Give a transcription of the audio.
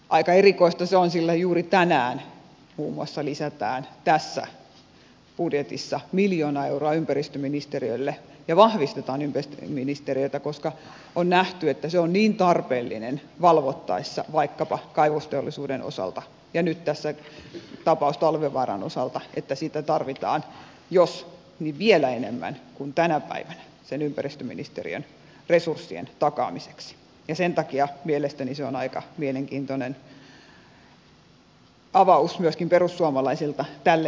aika erikoista se on sillä juuri tänään muun muassa lisätään tässä budjetissa miljoona euroa ympäristöministeriölle ja vahvistetaan ympäristöministeriötä koska on nähty että se on niin tarpeellinen valvottaessa vaikkapa kaivosteollisuuden osalta ja nyt tässä tapaus talvivaaran osalta että sitä tarvitaan vielä enemmän kuin tänä päivänä sen ympäristöministeriön resurssien takaamiseksi ja sen takia mielestäni se on aika mielenkiintoinen avaus myöskin perussuomalaisilta tälle illalle